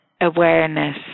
awareness